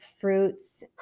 fruits